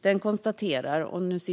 Där konstateras